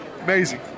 Amazing